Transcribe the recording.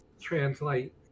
translate